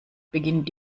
beginnt